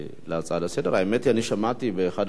האמת היא שאני שמעתי, באחת הישיבות השבוע,